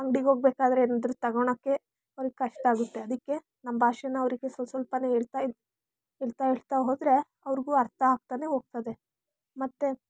ಅಂಗಡಿಗೆ ಹೋಗ್ಬೇಕಾದ್ರೆ ಏನಾದರೂ ತಗೊಳಕ್ಕೆ ಅಲ್ಲಿ ಕಷ್ಟ ಆಗುತ್ತೆ ಅದಕ್ಕೆ ನಮ್ಮ ಭಾಷೆನ ಅವರಿಗೆ ಸ್ವಸ್ವಲ್ಪನೇ ಹೇಳ್ತಾ ಇತ್ ಹೇಳ್ತಾ ಹೇಳ್ತಾ ಹೋದರೆ ಅವ್ರಿಗೂ ಅರ್ಥ ಆಗ್ತಾನೇ ಹೋಗ್ತದೆ ಮತ್ತು